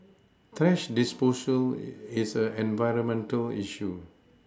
thrash disposal is an environmental issue